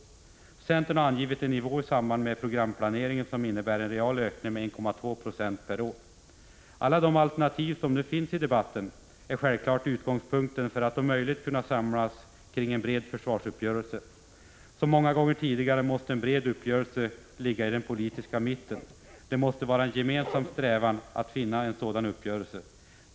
Centern har i samband med programplaneringen angivit en nivå som innebär en real ökning med 1,2 90 per år. Alla de alternativ som finns i debatten är självfallet utgångspunkten för att om möjligt kunna samlas kring en bred försvarsuppgörelse. Som många gånger tidigare måste en bred uppgörelse ligga i den politiska mitten. Det måste vara en gemensam strävan att åstadkomma en sådan uppgörelse.